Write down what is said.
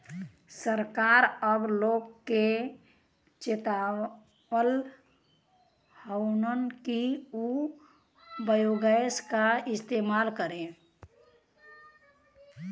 सरकार अब लोग के चेतावत हउवन कि उ बायोगैस क इस्तेमाल करे